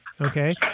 okay